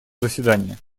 заседания